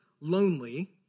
lonely